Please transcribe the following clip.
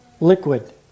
liquid